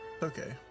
Okay